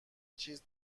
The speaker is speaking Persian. چیز